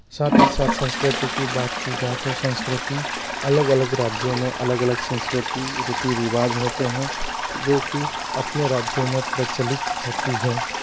साथ ही साथ संस्कृति की बात की जाए तो संस्कृति अलग अलग राज्यों में अलग अलग संस्कृति रीति रिवाज होते हैं जो कि अपने राज्यों में प्रचलित होती है